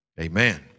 amen